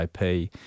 IP